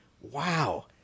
Wow